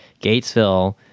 Gatesville